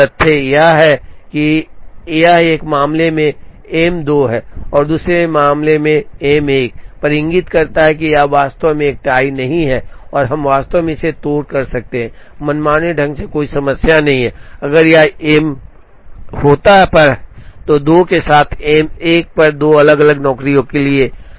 तथ्य यह है कि यह एक मामले में एम 2 पर है और दूसरे में एम 1 पर इंगित करता है कि यह वास्तव में एक टाई नहीं है और हम वास्तव में इसे तोड़ सकते हैं मनमाने ढंग से कोई समस्या नहीं है अगर यह एम पर होता है 2 के साथ साथ एम 1 पर 2 अलग अलग नौकरियों के लिए